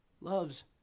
loves